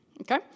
Okay